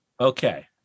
Okay